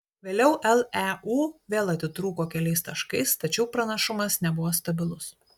vėliau leu vėl atitrūko keliais taškais tačiau pranašumas nebuvo stabilus